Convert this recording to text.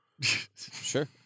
Sure